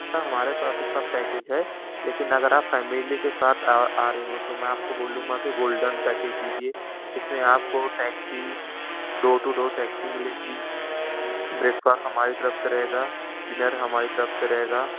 سر ہمارے پاس بھی سب پیکج ہے لیکن اگر آپ فیملی لے کے ساتھ آ رہے ہو تو میں آپ کو بولوں گا کہ گولڈن پیکج لیجیے اس میں آپ کو taxi door to door taxi ملے گی بریک فاسٹ ہماری طرف سے رہے گا ڈنر ہماری طرف سے رہے گا